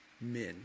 Men